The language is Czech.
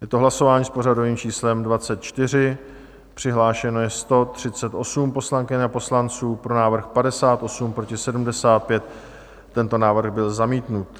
Je to hlasování s pořadovým číslem 24, přihlášeno je 138 poslankyň a poslanců, pro návrh 58, proti 75, tento návrh byl zamítnut.